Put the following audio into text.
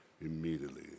immediately